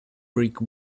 brick